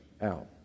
out